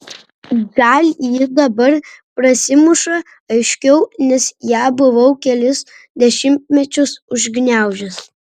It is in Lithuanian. gal ji dabar prasimuša aiškiau nes ją buvau kelis dešimtmečius užgniaužęs